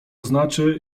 znaczy